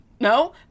No